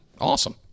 Awesome